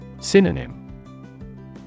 Synonym